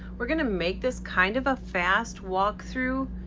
we're gonna make this kind of a fast walk through.